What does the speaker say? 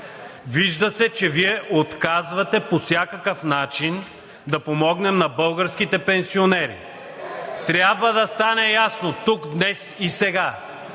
Вижда се, че Вие отказвате по всякакъв начин да помогнем на българските пенсионери. Трябва да стане ясно тук, днес и сега,